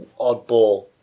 oddball